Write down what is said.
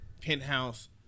penthouse